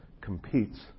competes